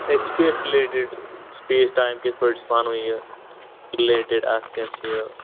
یہے space related space تہٕ time کِتھ کنۍ چھ یہِ رِلیٹِڈ اتھ کیاہ چھ یہ